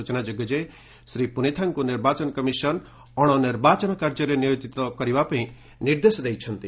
ସୂଚନାଯୋଗ୍ୟ ଯେ ଶ୍ରୀ ପୁନେଥାଙ୍କୁ ନିର୍ବାଚନ କମିଶନ ଅଶନିର୍ବାଚନ କାର୍ଯ୍ୟରେ ନିୟୋଜିତ କରିବା ପାଇଁ ନିର୍ଦ୍ଦେଶ ଦେଇଛନ୍ତି